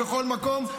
בכל מקום,